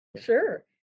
sure